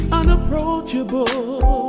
unapproachable